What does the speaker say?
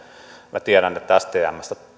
minä tiedän että stmstä